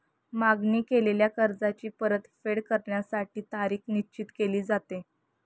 मागणी केलेल्या कर्जाची परतफेड करण्यासाठी तारीख निश्चित केली जाते